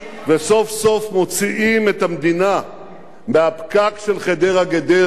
וסוף-סוף מוציאים את המדינה מהפקק של חדרה גדרה.